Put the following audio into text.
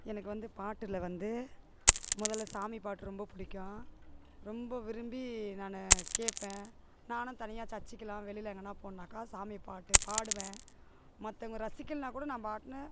எனக்கு வந்து பாட்டில் வந்து முதல்ல சாமி பாட்டு ரொம்ப பிடிக்கும் ரொம்ப விரும்பி நான் கேட்பேன் நானும் தனியாக சர்சுக்குலாம் வெளியில் எங்கனா போகணும்னாக்கா சாமி பாட்டு பாடுவேன் மற்றவங்க ரசிக்கல்னா கூட நான் பாட்னு